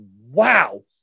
wow